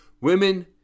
women